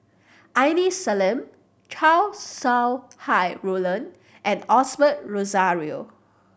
Aini Salim Chow Sau Hai Roland and Osbert Rozario